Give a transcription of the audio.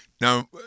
Now